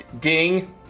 Ding